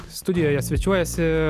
studijoje svečiuojasi